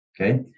Okay